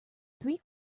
three